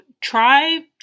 try